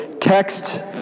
text